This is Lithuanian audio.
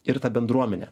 ir tą bendruomenę